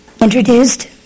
introduced